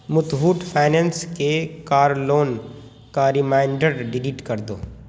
Muthoot finance کے car loan کا reminder delete کر دو